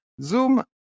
Zoom